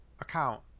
account